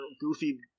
goofy